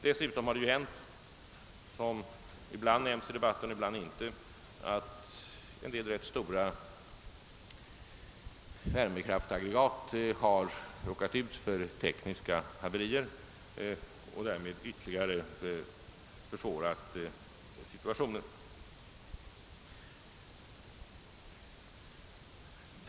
Dessutom har det, vilket inte ofta nämns i debatten, inträffat att ett antal ganska stora värmekraftaggregat fått tekniska haverier och därmed ytterligare försvårat situationen.